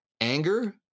anger